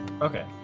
Okay